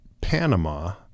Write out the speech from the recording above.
Panama